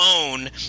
own